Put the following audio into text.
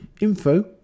info